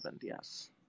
yes